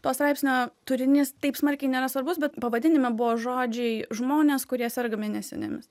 to straipsnio turinys taip smarkiai nėra svarbus bet pavadinime buvo žodžiai žmonės kurie serga mėnesinėmis